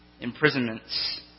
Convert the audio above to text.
imprisonments